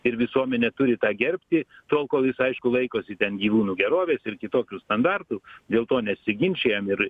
ir visuomenė turi tą gerbti tol kol jis aišku laikosi ten gyvūnų gerovės ir kitokių standartų dėl to nesiginčijam ir